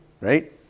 right